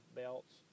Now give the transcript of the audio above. belts